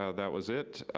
ah that was it.